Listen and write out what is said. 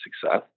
success